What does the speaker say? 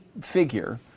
figure